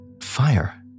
fire